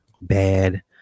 bad